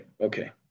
Okay